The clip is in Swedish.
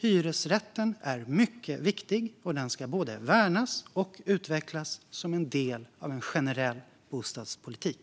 Hyresrätten är mycket viktig, och den ska både värnas och utvecklas som en del av en generell bostadspolitik.